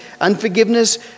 unforgiveness